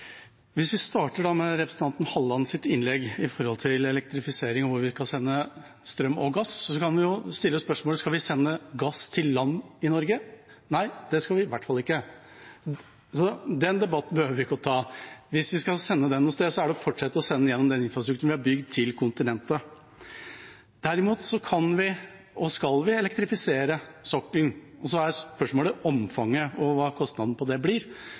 elektrifisering og hvor vi skal sende strøm og gass, kan vi stille spørsmålet: Skal vi sende gass til land i Norge? Nei, det skal vi i hvert fall ikke, så den debatten behøver vi ikke å ta. Hvis vi skal sende gassen noe sted, er det å fortsette å sende den gjennom infrastrukturen vi har bygd til kontinentet. Derimot kan vi og skal vi elektrifisere sokkelen, og så er spørsmålet omfanget og hva kostnaden på det blir.